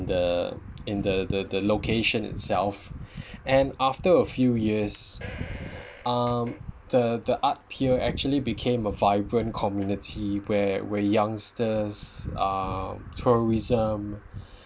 the in the the the location itself and after a few years um the the art pier actually became a vibrant community where where youngsters uh tourism